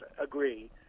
agree